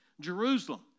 Jerusalem